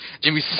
Jimmy